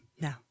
no